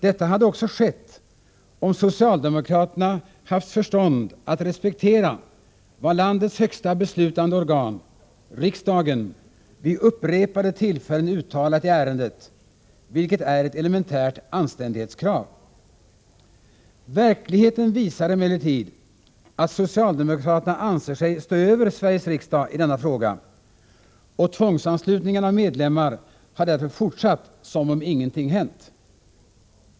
Detta hade också skett om socialdemokraterna haft förstånd att respektera vad landets högsta beslutande organ, riksdagen, vid upprepade tillfällen uttalat i ärendet, vilket är ett elementärt anständighetskrav. Verkligheten visar emellertid att socialdemokraterna anser sig stå över Sveriges riksdag i denna fråga, och tvångsanslutningen av medlemmar har därför fortsatt som om ingenting hänt.